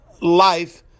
life